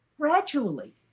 gradually